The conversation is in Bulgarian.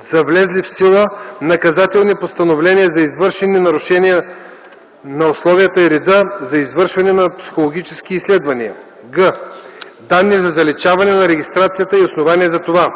за влезли в сила наказателни постановления за извършени нарушения на условията и реда за извършване на психологически изследвания; г) данни за заличаване на регистрацията и основанията за това.